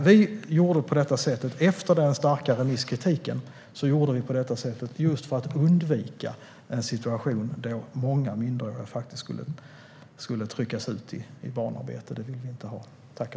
Vi gjorde på detta sätt efter den starka remisskritiken, just för att undvika en situation där många minderåriga skulle tryckas ut i barnarbete. Det vill vi inte ha.